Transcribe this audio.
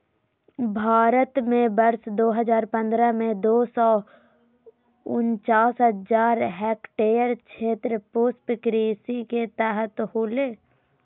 भारत में वर्ष दो हजार पंद्रह में, दो सौ उनचास हजार हेक्टयेर क्षेत्र पुष्पकृषि के तहत होले